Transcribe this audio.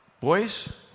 boys